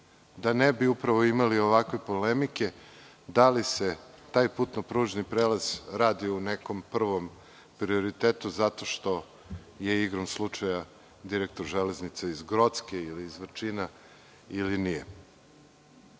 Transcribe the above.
da ne bi imali ovakve polemike da li se taj putno-pružni prelaz radi u nekom prvom prioritetu zato što je igrom slučaja direktor „Železnica“ iz Grocke ili iz Vrčina ili